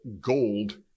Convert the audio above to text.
gold